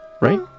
Right